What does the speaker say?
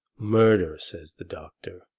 murder, says the doctor,